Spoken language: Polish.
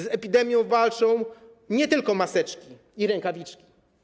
Z epidemią walczą nie tylko maseczki i rękawiczki.